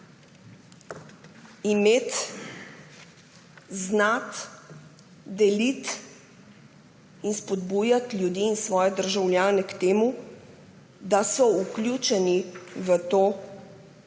imeti, znati, deliti in spodbujati ljudi, svoje državljane k temu, da so vključeni v to